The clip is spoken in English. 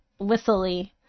whistly